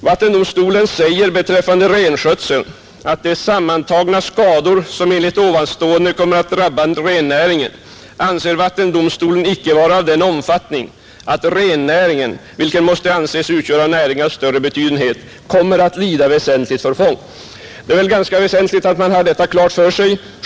Vattendomstolen säger beträffande renskötseln: ”De sammantagna skadorna, som enligt ovanstående kommer att drabba rennäringen, anser vattendomstolen icke vara av den omfattningen att rennäringen, vilken måste anses utgöra näring av större betydenhet, kommer att lida väsentligt förfång.” Det är väl ganska väsentligt att man har detta klart för sig.